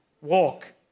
walk